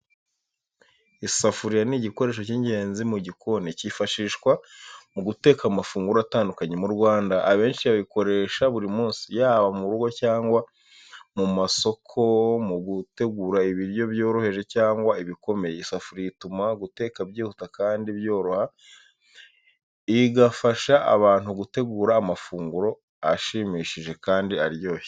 Isafuriya ni igikoresho cy’ingenzi mu gikoni, cyifashishwa mu guteka amafunguro atandukanye. Mu Rwanda, abenshi bayikoresha buri munsi, yaba mu rugo cyangwa mu masoko, mu gutegura ibiryo byoroheje cyangwa ibikomeye. Isafuriya ituma guteka byihuta kandi byoroha, igafasha abantu gutegura amafunguro ashimishije kandi aryoshye.